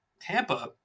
Tampa